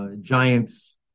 Giants